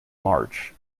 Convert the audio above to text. march